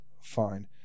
fine